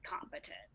competent